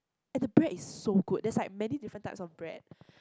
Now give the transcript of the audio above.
and the bread is so good there's like many different types of bread